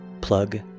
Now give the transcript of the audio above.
Plug